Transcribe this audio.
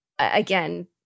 again